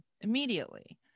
immediately